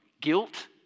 guilt